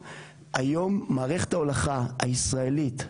היום מערכת ההולכה הישראלית,